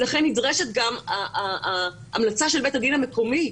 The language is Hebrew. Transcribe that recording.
ולכן נדרשת גם ההמלצה של בית הדין המקומי.